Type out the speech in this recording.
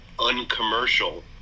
uncommercial